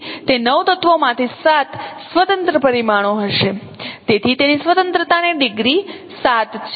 તેથી તે 9 તત્વોમાંથી 7 સ્વતંત્ર પરિમાણો હશે તેથી તેની સ્વતંત્રતાની ડિગ્રી 7 છે